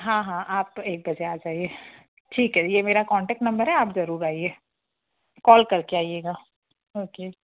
हाँ हाँ आप तो एक बजे आ जाइए ठीक है यह मेरा कांटेक्ट नंबर है आप ज़रूर आइए कॉल कर के आइएगा ओके